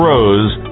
Rose